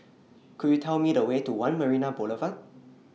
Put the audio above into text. Could YOU Tell Me The Way to one Marina Boulevard